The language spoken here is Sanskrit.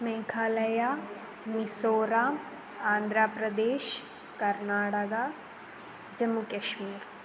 मेघालया मिसोराम् आन्ध्रप्रदेश् कर्नाटका जम्मुकेश्मीर्